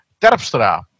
Terpstra